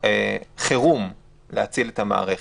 חרום כדי להציל את המערכת.